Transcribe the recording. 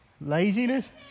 laziness